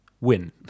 win